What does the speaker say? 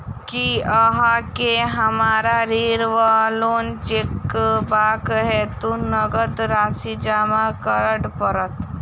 की अहाँ केँ हमरा ऋण वा लोन चुकेबाक हेतु नगद राशि जमा करऽ पड़त?